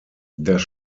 das